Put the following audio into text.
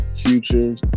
future